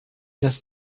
das